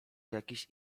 jakiś